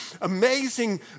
amazing